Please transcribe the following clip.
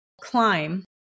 climb